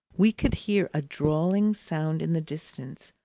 we could hear a drawling sound in the distance,